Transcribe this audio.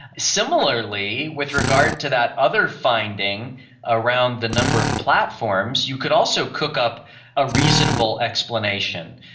similarly, with regard to that other finding around the number of platforms, you could also cook up a reasonable explanation.